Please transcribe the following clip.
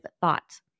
thoughts